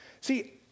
See